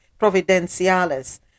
Providenciales